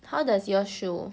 how does yours show